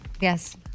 Yes